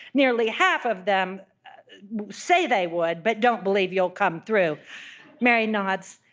nearly half of them say they would, but don't believe you'll come through mary nods.